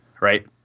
right